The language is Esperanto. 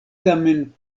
tamen